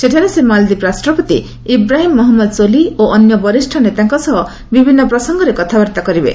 ସେଠାରେ ସେ ମାଳଦୀପ ରାଷ୍ଟ୍ରପତି ଇବ୍ରାହିମ୍ ମହମ୍ମଦ ସୋଲି ଓ ଅନ୍ୟ ବରିଷ ନେତାଙ୍କ ସହ ବିଭିନ୍ନ ପ୍ରସଙ୍ଗରେ କଥାବାର୍ତ୍ତା କରିବେ